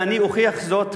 ואני אוכיח זאת,